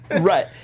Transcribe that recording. Right